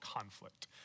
conflict